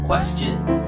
Questions